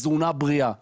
של תזונה בריאה ועוד,